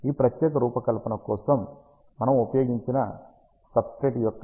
ఈ ప్రత్యేక రూపకల్పన కోసం మనము ఉపయోగించిన సబ్స్తేట్ యొక్క εr 2